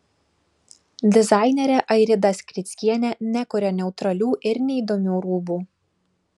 dizainerė airida skrickienė nekuria neutralių ir neįdomių rūbų